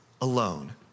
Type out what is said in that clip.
alone